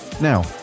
now